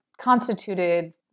constituted